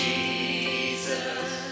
Jesus